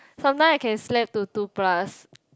sometime I can slept to two plus